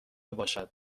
باشد